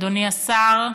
אדוני השר,